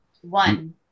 One